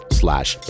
slash